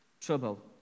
trouble